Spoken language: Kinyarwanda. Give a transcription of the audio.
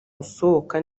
usohoka